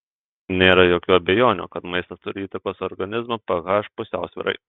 nėra jokių abejonių kad maistas turi įtakos organizmo ph pusiausvyrai